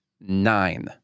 nine